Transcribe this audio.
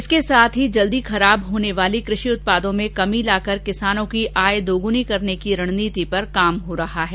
इसके साथ ही जेल्दी खराब होने वाले कृषि उत्पादों में कमी लाकर किसानों की आय दोगुनी करने की रणनीति पर काम हो रहा है